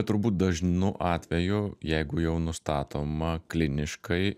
turbūt dažnu atveju jeigu jau nustatoma kliniškai